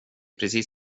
precis